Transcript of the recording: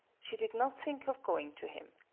she did not think of going to him.